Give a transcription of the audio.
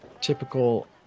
typical